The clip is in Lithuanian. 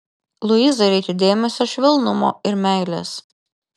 luizai reikia dėmesio švelnumo ir meilės